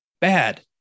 bad